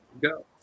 go